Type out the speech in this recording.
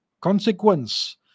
consequence